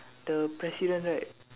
the president right